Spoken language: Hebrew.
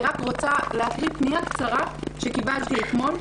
אני רק רוצה לקרוא פנייה קצרה שקיבלתי אתמול.